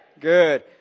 Good